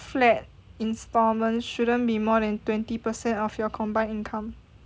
flat installment shouldn't be more than twenty percent of your combined income